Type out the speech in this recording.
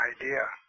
idea